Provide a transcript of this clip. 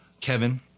Kevin